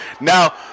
Now